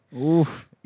Oof